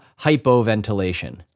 hypoventilation